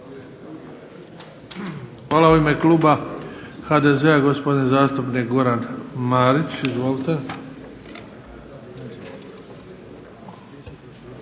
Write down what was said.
U ime kluba SDP-a, gospodin zastupnik Gordan Maras. Izvolite.